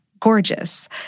gorgeous